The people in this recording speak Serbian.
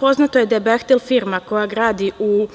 Poznato je da je „Behtel“ firma koja gradi u